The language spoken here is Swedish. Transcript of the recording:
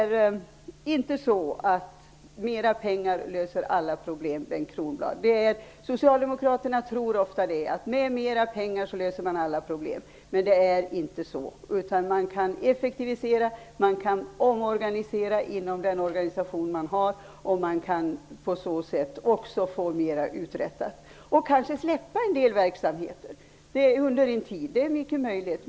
Mera pengar löser inte alla problem, Bengt Kronblad. Socialdemokraterna tror ofta det. Men det är inte så. Man kan effektivisera och man kan omorganisera inom den organisation man har. På så sätt kan man också få mer uträttat. Kanske får man släppa en del verksamheter under en tid. Det är mycket möjligt.